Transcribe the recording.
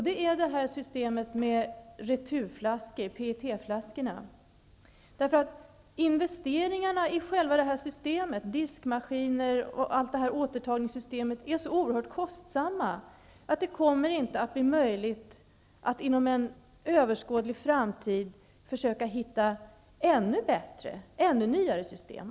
Det gäller systemet med returflaskor, PET-flaskor. diskmaskiner -- är oerhört kostsamma att det inte kommer att bli möjligt att inom en överskådlig framtid hitta ännu bättre och nyare system.